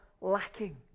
lacking